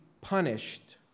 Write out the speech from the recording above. punished